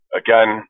again